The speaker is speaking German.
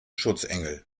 schutzengel